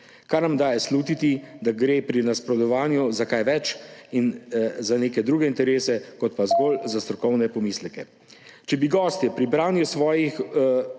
kar nam daje slutiti, da gre pri nasprotovanju za kaj več in za neke druge interese kot pa zgolj za strokovne pomisleke. Če bi gostje pri branju svojih